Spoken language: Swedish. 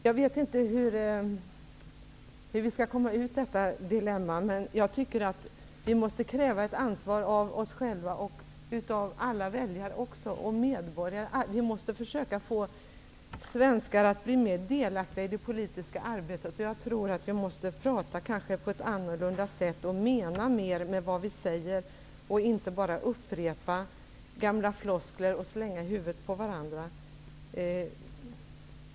Jag vet inte hur vi skall komma ut ur detta dilemma, men jag tycker att vi måste kräva ett ansvar både av oss själva och av alla väljare. Vi måste försöka få svenskarna att bli mer delaktiga i det politiska arbetet. Vi måste tala på ett annat sätt och mena mer av vad vi säger, inte bara upprepa gamla floskler och slänga dem i huvudet på varandra.